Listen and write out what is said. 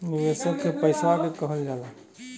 निवेशक के पइसवा के कहल जाला